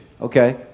Okay